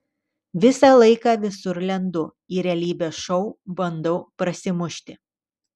visą laiką visur lendu į realybės šou bandau prasimušti